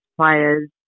players